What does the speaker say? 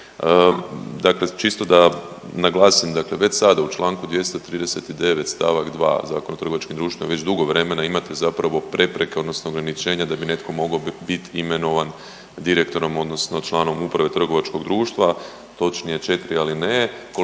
Dakle čisto da naglasim dakle već sada u Članku 239. stavak 2. Zakona o trgovačkim društvima, već dugo vremena imate zapravo prepreke odnosno ograničenja da bi netko mogao biti imenovan direktorom odnosno članom uprave trgovačkog društva, točnije 4 alineje.